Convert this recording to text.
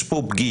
יש פה פגיעה